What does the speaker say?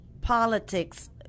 politics